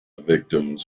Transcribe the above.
victims